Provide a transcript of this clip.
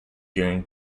during